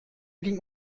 ging